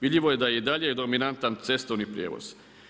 Vidljivo je da i dalje dominantan cestovni prijevoz.